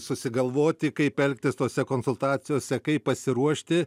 susigalvoti kaip elgtis tose konsultacijose kaip pasiruošti